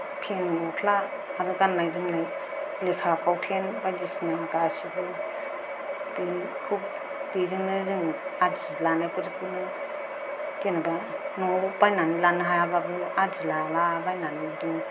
फेन गस्ला आरो गान्नाय जोमनाय लेखा फावथेन बायदिसिना गासैबो बेखौ बेजोंनो जों आदि लानायखौ फोरजोंनो जेनबा नआव बायनानै लानो हायाबाबो आदि लालाबायनानै बिदिनो